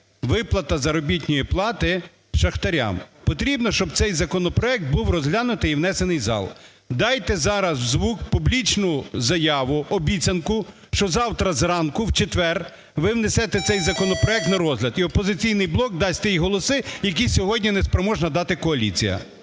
виплата заробітної плати шахтарям. Потрібно, щоб цей законопроект був розглянутий і внесений в зал. Дайте зараз в звук публічну заяву, обіцянку, що завтра зранку в четвер ви внесете цей законопроект на розгляд, і "Опозиційний блок" дасть ті голоси, які сьогодні не спроможна дати коаліція.